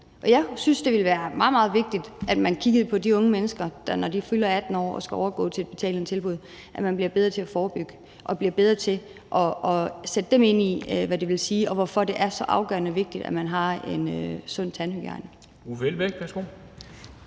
jeg synes, det ville være meget, meget vigtigt, at man kiggede på de unge mennesker, der, når de fylder 18 år, skal overgå til et betalende tilbud, og at man bliver bedre til at forebygge og bliver bedre til at sætte dem ind i, hvad det vil sige og hvorfor det er så afgørende vigtigt, at man har en sund tandhygiejne.